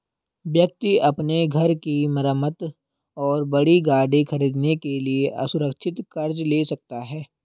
व्यक्ति अपने घर की मरम्मत और बड़ी गाड़ी खरीदने के लिए असुरक्षित कर्ज ले सकता है